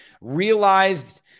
realized